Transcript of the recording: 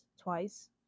twice